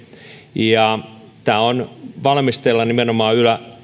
ja tämä on valmisteilla nimenomaan